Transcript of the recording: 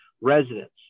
residents